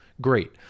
Great